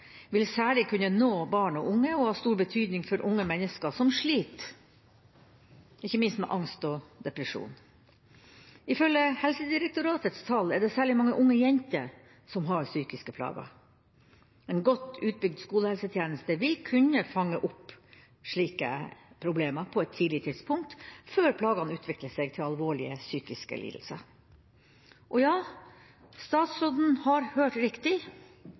vil særlig kunne nå barn og unge, og ha stor betydning for unge mennesker som sliter, ikke minst med angst og depresjon. Ifølge Helsedirektoratets tall er det særlig mange unge jenter som har psykiske plager. En godt utbygd skolehelsetjeneste vil kunne fange opp slike problemer på et tidlig tidspunkt, før plagene utvikler seg til alvorlige psykiske lidelser. Ja, statsråden har hørt riktig.